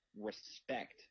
respect